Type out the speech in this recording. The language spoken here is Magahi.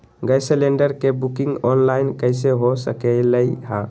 गैस सिलेंडर के बुकिंग ऑनलाइन कईसे हो सकलई ह?